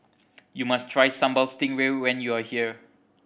you must try Sambal Stingray when you are here